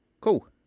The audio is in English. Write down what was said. Cool